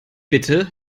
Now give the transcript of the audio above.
bitte